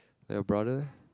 your brother leh